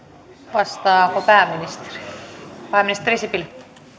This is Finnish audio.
vastaako pääministeri pääministeri sipilä